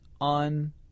on